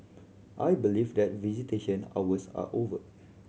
I believe that visitation hours are over